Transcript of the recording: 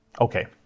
Okay